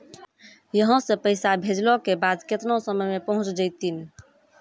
यहां सा पैसा भेजलो के बाद केतना समय मे पहुंच जैतीन?